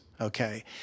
okay